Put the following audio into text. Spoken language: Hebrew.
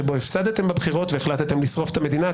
שבו הפסדתם בבחירות והחלטתם לשרוף את המדינה,